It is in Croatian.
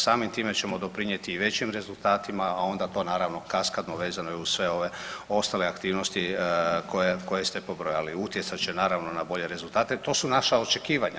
Samim time ćemo doprinjeti i većim rezultatima, a onda to naravno kaskadno vezano je i uz sve ove ostale aktivnosti koje, koje ste pobrojali, utjecat će naravno na bolje rezultate i to su naša očekivanja.